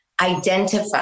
identify